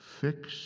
fix